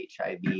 HIV